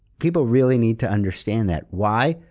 people really need to understand that. why?